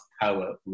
power